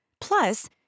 Plus